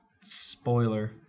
spoiler